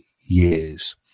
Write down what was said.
years